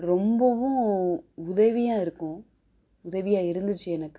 ரொம்பவும் உதவியாக இருக்கும் உதவியாக இருந்துச்சு எனக்கு